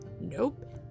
Nope